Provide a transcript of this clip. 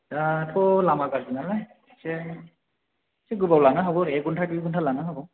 दाथ' लामा गाज्रि नालाय एसे गोबाव लानो हागौ आरो एक घन्टा दुइ घन्टा लानो हागौ